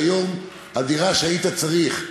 היום הדירה שהיית צריך,